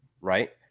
right